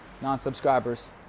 non-subscribers